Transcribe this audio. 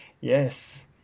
Yes